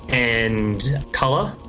and color.